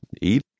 eat